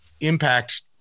impact